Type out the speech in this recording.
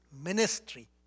Ministry